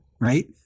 right